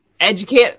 Educate